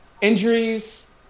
injuries